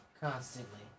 constantly